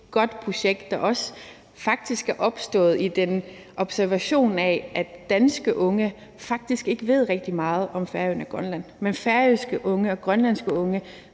godt projekt, der faktisk også er opstået i observationen af, at danske unge ikke rigtig ved meget om Færøerne og Grønland, men at færøske unge og grønlandske unge